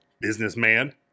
businessman